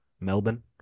Melbourne